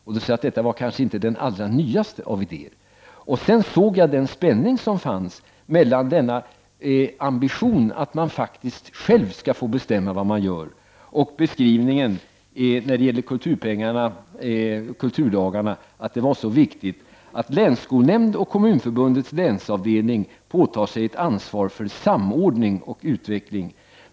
Jag sade att de kanske inte var de allra nyaste av idéer. Sedan såg jag den spänning som fanns mellan ambitionen att man faktiskt själv skall få bestämma vad man gör och beskrivningen när det gäller kulturpengarna och kulturdagarna där det är så viktigt att länsskolnämnden och Kommunförbundets länsavdelning påtar sig ett ansvar för samordning och utveckling.